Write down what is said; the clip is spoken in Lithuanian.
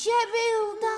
čia bilda